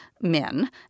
men